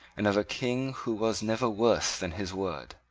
and of a king who was never worse than his word.